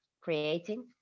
creating